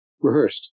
rehearsed